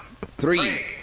Three